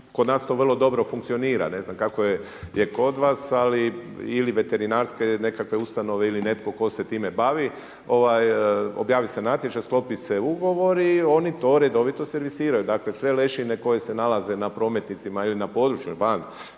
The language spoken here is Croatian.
kod nas to vrlo dobro funkcionira, ne znam kako je kod vas ili veterinarske nekakve ustanove ili netko tko se time bavi. Objavi se natječaj, sklopi se ugovor i oni to redovito servisiraju. Dakle sve lešine koje se nalaze na prometnicama ili na području …